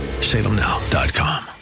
salemnow.com